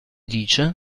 dice